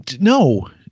no